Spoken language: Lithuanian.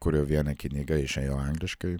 kurio viena kinyga išėjo angliškai